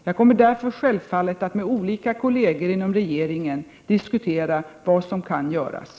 Jag kommer därför självfallet att med olika kolleger inom regeringen diskutera vad som kan göras.